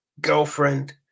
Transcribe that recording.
girlfriend